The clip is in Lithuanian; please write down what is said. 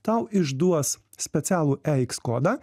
tau išduos specialų e iks kodą